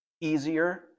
easier